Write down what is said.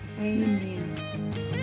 Amen